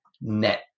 net